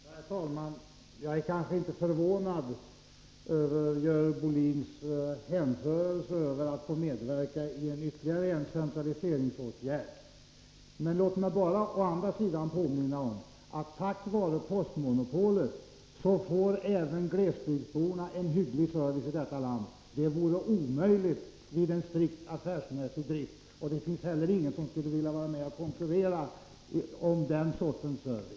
Herr talman! Jag är inte speciellt förvånad över Görel Bohlins hänförelse över att få medverka i ytterligare en centraliseringsåtgärd. Låt mig å andra sidan påminna om att tack vare postmonopolet får även glesbygdsborna en hygglig service i detta land. Detta vore omöjligt vid en strikt affärsmässig drift. Det finns heller ingen som skulle vilja vara med och konkurrera om den sortens service.